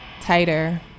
tighter